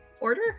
order